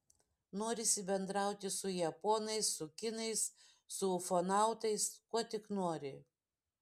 norisi bendrauti su japonais su kinais su ufonautais kuo tik nori